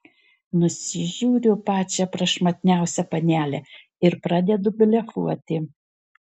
nusižiūriu pačią prašmatniausią panelę ir pradedu blefuoti